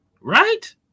Right